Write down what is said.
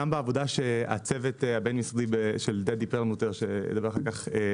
גם בעבודה שהצוות הבין-משרדי של דדי פרלמוטר עושה,